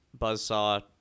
buzzsaw